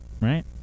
Right